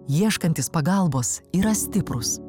ieškantys pagalbos yra stiprūs